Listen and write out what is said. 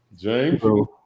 james